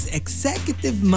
executive